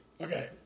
Okay